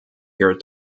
your